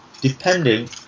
depending